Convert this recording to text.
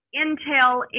intel